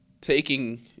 taking